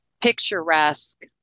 picturesque